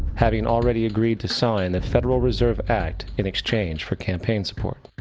having already agreed to sign the federal reserve act in exchange for campaign support.